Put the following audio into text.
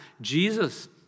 Jesus